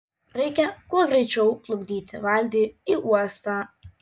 reikia kuo greičiau plukdyti valtį į uostą